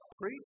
preach